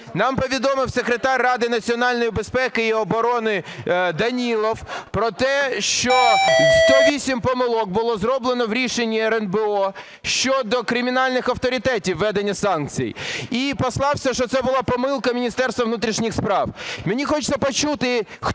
Нам повідомив секретар Ради національної безпеки і оборони Данілов про те, що 108 помилок було зроблено в рішенні РНБО щодо кримінальних авторитетів введення санкцій. І послався, що це була помилка Міністерства внутрішніх справ. Мені хочеться почути, хто